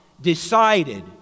decided